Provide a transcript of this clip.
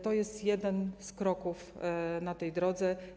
To jest jeden z kroków na tej drodze.